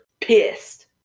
pissed